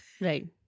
Right